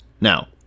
now